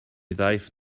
ddaeth